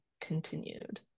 continued